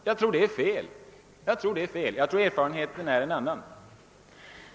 Jag tror att det är fel och menar att erfarenheten är en annan.